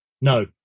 No